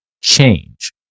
change